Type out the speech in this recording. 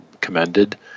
commended